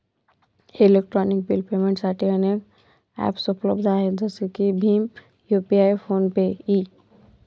electronic bill पेमेंटसाठी अनेक ॲप्सउपलब्ध आहेत जसे की भीम यू.पि.आय फोन पे इ